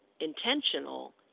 intentional